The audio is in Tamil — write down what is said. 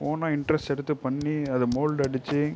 ஓனாக இன்ட்ரெஸ்ட் எடுத்து பண்ணி அது மோல்டு அடிச்சு